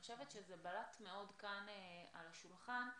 אני חושבת שזה בלט מאוד כאן על השולחן,